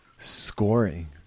scoring